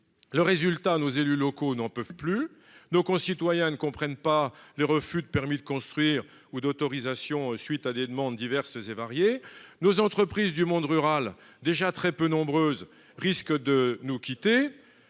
le résultat nos élus locaux n'en peuvent plus. Nos concitoyens ne comprennent pas les refus de permis de construire ou d'autorisation suite à des demandes diverses et variées. Nos entreprises du monde rural déjà très peu nombreuses risque de nous quitter.